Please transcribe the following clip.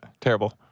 terrible